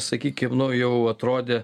sakykim nu jau atrodė